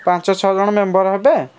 ପାଞ୍ଚ ଛଅ ଜଣ ମେମ୍ବର୍ ହେବେ